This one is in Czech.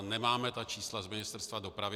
Nemáme ta čísla z Ministerstva dopravy.